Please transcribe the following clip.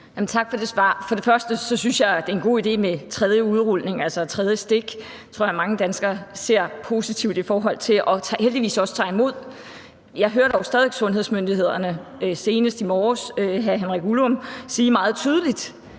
Tak for det svar. For det første synes jeg, det er en god idé med udrulningen af tredje stik. Det tror jeg mange danskere ser positivt på og heldigvis også tager imod. Jeg hører dog stadig væk sundhedsmyndighederne, senest i morges Henrik Ullum, sige meget tydeligt,